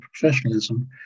professionalism